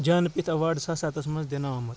جانٕپِتھ اٮ۪واڈ زٕ ساس سَتس منٛز دِنہٕ آمُت